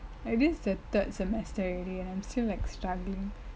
it is the third semester already and I'm still like struggling